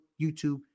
YouTube